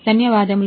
ధన్యవాదములు